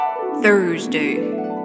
Thursday